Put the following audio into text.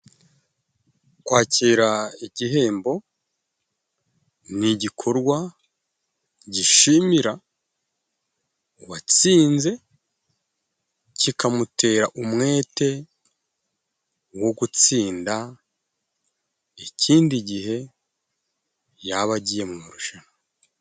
Kwakira igihembo, ni igikorwa gishimira uwatsinze kikamutera umwete wo gutsinda ikindi, igihe yaba agiye mu marushanwa.